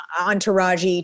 entourage